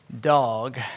dog